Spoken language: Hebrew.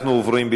אנחנו עוברים,